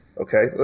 okay